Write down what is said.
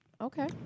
Okay